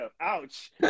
Ouch